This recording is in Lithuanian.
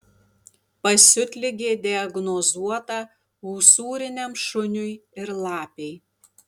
pasiutligė diagnozuota usūriniam šuniui ir lapei